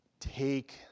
take